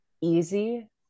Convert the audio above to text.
easy